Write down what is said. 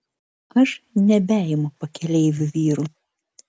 aš nebeimu pakeleivių vyrų